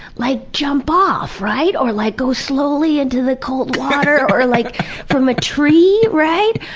like, jump off! right? or like go slowly into the cold water or like from a tree, right?